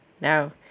Now